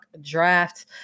draft